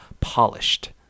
polished